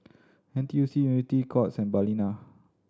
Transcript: N T U C Unity Courts and Balina